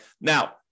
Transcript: Now